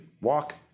walk